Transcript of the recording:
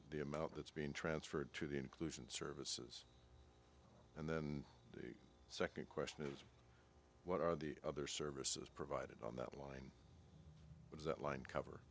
the amount that's being transferred to the inclusion services and then the second question is what are the other services provided on that line was that line cover